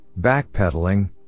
backpedaling